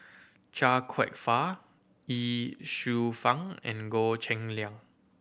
Chia Kwek Fah Ye Shufang and Goh Cheng Liang